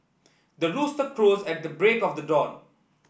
the rooster crows at the break of the dawn